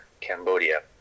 Cambodia